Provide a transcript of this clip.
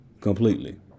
completely